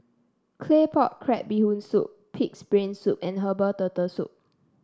Claypot Crab Bee Hoon Soup pig's brain soup and Herbal Turtle Soup